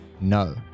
No